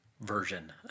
version